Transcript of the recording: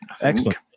Excellent